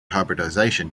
hybridization